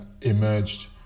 emerged